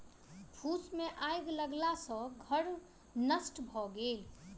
फूस मे आइग लगला सॅ घर नष्ट भ गेल